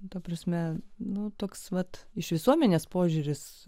ta prasme nu toks vat iš visuomenės požiūris